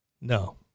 No